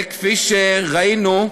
כפי שראינו,